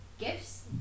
Gifts